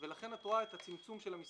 ולכן את רואה את צמצום המספרים,